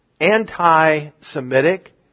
anti-Semitic